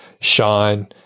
Sean